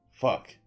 Fuck